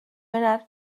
wener